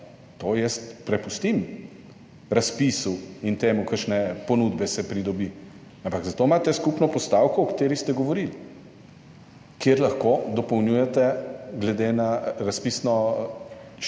to jaz prepustim razpisu in temu, kakšne ponudbe se pridobi. Ampak zato imate skupno postavko, o kateri ste govorili, kjer lahko dopolnjujete glede na razpisno,